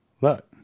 Look